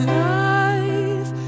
life